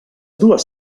dues